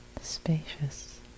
spacious